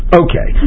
okay